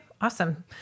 awesome